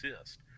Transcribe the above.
exist